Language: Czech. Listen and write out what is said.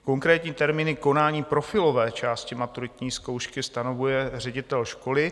Konkrétní termíny konání profilové části maturitní zkoušky stanovuje ředitel školy.